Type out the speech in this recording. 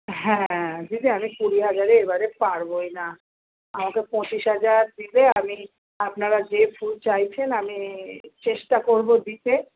হ্যাঁ দিদি আমি কুড়ি হাজারে এবারে পারবই না আমাকে পঁচিশ হাজার দিলে আমি আপনারা যে ফুল চাইছেন আমি চেষ্টা করব দিতে